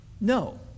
No